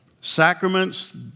sacraments